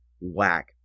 whack